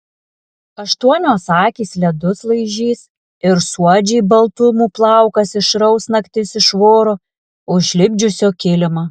aštuonios akys ledus laižys ir suodžiai baltumų plaukas išraus naktis iš voro užlipdžiusio kilimą